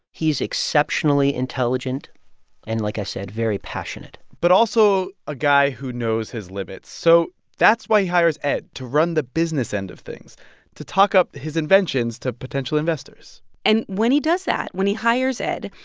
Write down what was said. he's exceptionally intelligent and, like i said, very passionate but also a guy who knows his limits, so that's why he hires ed to run the business end of things to talk up his inventions to potential investors and when he does that, when he hires ed,